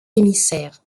émissaire